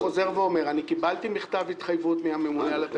קיבלתי מכתב התחייבות מהממונה על התקציבים.